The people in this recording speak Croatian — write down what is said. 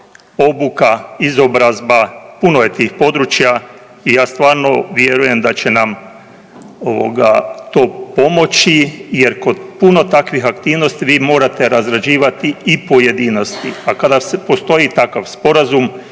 obuka, izobrazba, puno je tih područja i ja stvarno vjerujem da će nam to pomoći. Jer kod puno takvih aktivnosti vi morate razrađivati i pojedinosti, a kada postoji takav sporazum